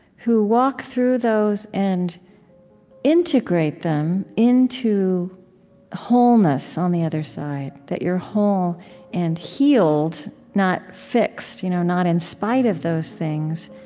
who walk through those and integrate them into wholeness on the other side. that you're whole and healed, not fixed. you know not in spite of those things,